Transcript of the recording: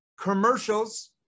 Commercials